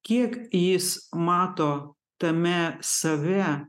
kiek jis mato tame save